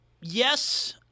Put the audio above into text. Yes